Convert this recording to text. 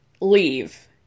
leave